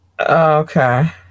Okay